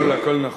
הכול,